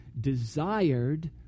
desired